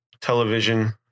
Television